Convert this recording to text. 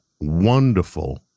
wonderful